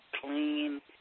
clean